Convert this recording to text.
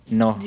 no